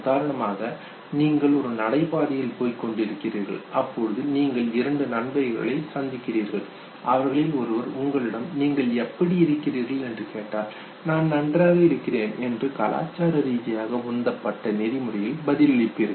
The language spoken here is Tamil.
உதாரணமாக நீங்கள் ஒரு நடைபாதையில் போய்க்கொண்டு இருக்கிறீர்கள் அப்பொழுது நீங்கள் இரண்டு நண்பர்களைச் சந்திக்கிறீர்கள் அவர்களில் ஒருவர் உங்களிடம் நீங்கள் எப்படி இருக்கிறீர்கள் என்று கேட்டால் "நான் நன்றாக இருக்கிறேன்" என்று கலாச்சார ரீதியாக உந்தப்பட்ட நெறிமுறையில் பதிலளிப்பீர்கள்